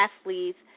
athletes